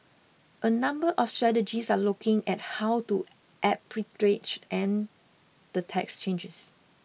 a number of strategists are looking at how to arbitrage and the tax changes